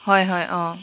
হয় হয় অঁ